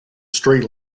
street